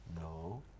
No